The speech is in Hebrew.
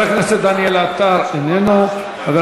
חבר